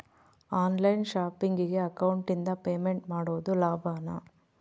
On line ಶಾಪಿಂಗಿಗೆ ಅಕೌಂಟಿಂದ payment ಮಾಡೋದು ಲಾಭಾನ?